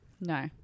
No